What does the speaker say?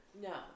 no